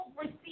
receive